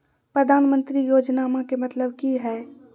प्रधानमंत्री योजनामा के मतलब कि हय?